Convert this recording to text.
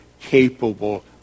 capable